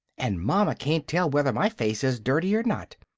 and mama can't tell whether my face is dirty or not!